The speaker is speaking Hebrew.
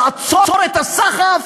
לעצור את הסחף,